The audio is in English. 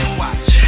watch